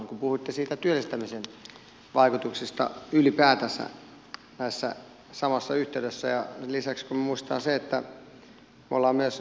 kun puhuitte työllistämisen vaikutuksista ylipäätänsä tässä samassa yhteydessä ja lisäksi kun muistetaan se että me olemme myös